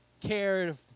cared